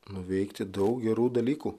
nuveikti daug gerų dalykų